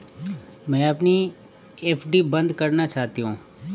मैं अपनी एफ.डी बंद करना चाहती हूँ